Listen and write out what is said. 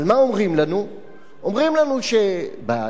אומרים לנו שבהסכמים הקואליציוניים